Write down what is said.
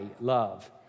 love